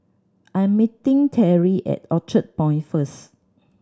I'm meeting Teri at Orchard Point first